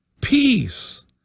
Peace